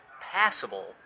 passable